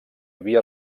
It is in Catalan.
havia